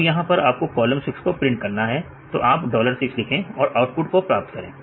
अब यहां पर आपको कॉलम 6 को प्रिंट करना है तो आप डॉलर 6 लिखें और आउटपुट को प्राप्त करें